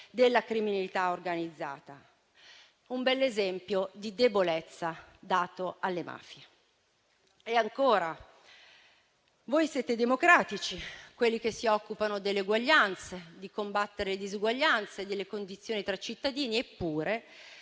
della criminalità organizzata: un bell'esempio di debolezza dato alle mafie. Voi siete democratici, quelli che si occupano delle uguaglianze, di combattere le disuguaglianze e delle pari condizioni tra cittadini. Eppure,